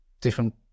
Different